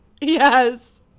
Yes